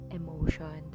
emotion